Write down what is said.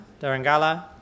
Darangala